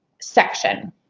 section